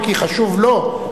אם כי חשוב לו,